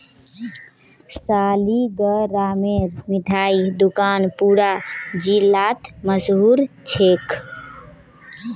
सालिगरामेर मिठाई दुकान पूरा जिलात मशहूर छेक